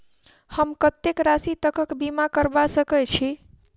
हम कत्तेक राशि तकक बीमा करबा सकै छी?